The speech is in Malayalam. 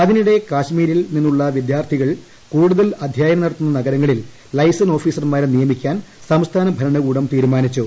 അതിനിടെ ജമ്മുകാശ്മീരിൽ നിന്നുള്ള വിദ്യാർത്ഥികൾ കൂടുതൽ അധ്യായനം നടത്തുന്ന നഗരങ്ങളിൽ ലൈസൺ ഓഫീസർമാരെ നിയമിക്കാൻ സംസ്ഥാന ഭരണകൂടം തീരുമാനിച്ചു